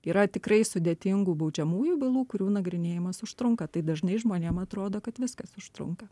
yra tikrai sudėtingų baudžiamųjų bylų kurių nagrinėjimas užtrunka tai dažnai žmonėm atrodo kad viskas užtrunka